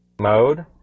mode